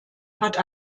hatte